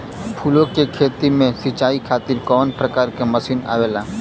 फूलो के खेती में सीचाई खातीर कवन प्रकार के मशीन आवेला?